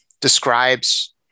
describes